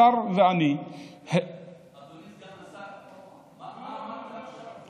השר ואני, אדוני סגן השר, מה אמרת עכשיו?